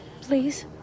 please